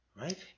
right